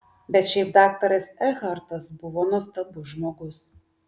bet šiaip daktaras ekhartas buvo nuostabus žmogus